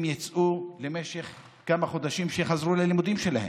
יצאו למשך כמה חודשים ויחזרו ללימודים שלהם.